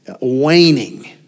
waning